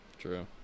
True